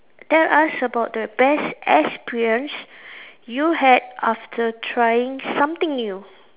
tell us about the best experience you had after trying something new